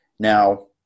Now